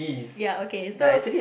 ya okay so